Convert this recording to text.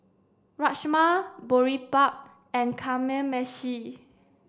Rajma Boribap and Kamameshi